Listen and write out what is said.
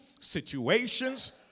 situations